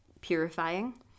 purifying